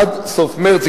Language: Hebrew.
עד סוף מרס,